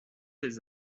des